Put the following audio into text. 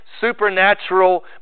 supernatural